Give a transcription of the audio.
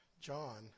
John